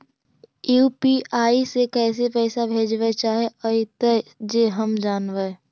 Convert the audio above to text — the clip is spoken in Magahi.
यु.पी.आई से कैसे पैसा भेजबय चाहें अइतय जे हम जानबय?